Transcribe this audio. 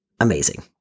amazing